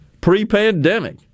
pre-pandemic